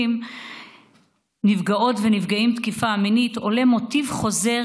שמגוללים נפגעות ונפגעי תקיפה מינית עולה מוטיב חוזר